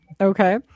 Okay